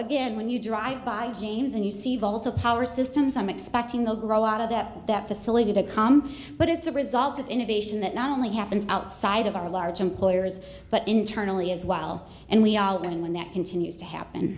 again when you drive by games and you see voltage power systems i'm expecting they'll grow out of that that facility to come but it's a result of innovation that not only happens outside of our large employers but internally as well and we are winning when that continues to happen